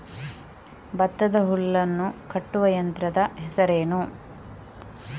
ಭತ್ತದ ಹುಲ್ಲನ್ನು ಕಟ್ಟುವ ಯಂತ್ರದ ಹೆಸರೇನು?